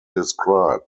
describe